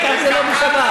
העיקר שזה לא בשבת.